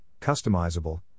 customizable